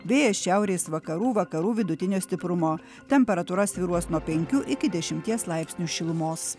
vėjas šiaurės vakarų vakarų vidutinio stiprumo temperatūra svyruos nuo penkių iki dešimties laipsnių šilumos